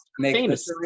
famous